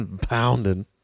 Pounding